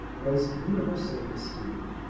was universauy esteemed,